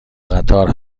قطار